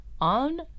on